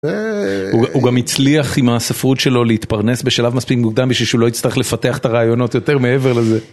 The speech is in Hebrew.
הוא גם הצליח עם הספרות שלו להתפרנס בשלב מספיק מוקדם בשביל שהוא לא יצטרך לפתח את הרעיונות יותר מעבר לזה.